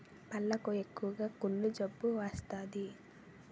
పళ్లకు ఎక్కువగా కుళ్ళు జబ్బు వస్తాది